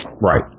Right